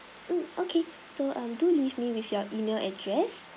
mm okay so um do leave me with your email address